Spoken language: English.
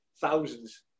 thousands